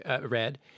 read